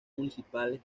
municipal